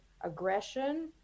aggression